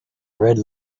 red